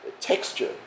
texture